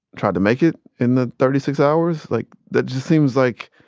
tried to make it in the thirty six hours? like, that just seems like,